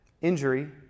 Injury